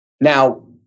Now